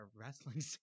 wrestling